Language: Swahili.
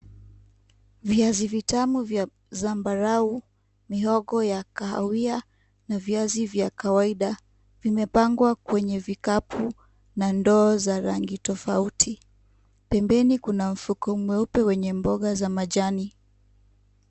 Viazi vitamu vya zambarau, mihogo ya kahawia, na viazi vya kawaida. Vimepangwa kwenye vikapu na ndoo za rangi tofauti. Pembeni kuna mfuko mweupe, wenye mboga za majani.